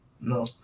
no